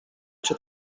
cię